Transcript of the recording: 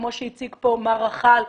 כמו שהציג פה מר רחאל,